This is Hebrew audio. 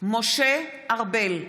משה ארבל,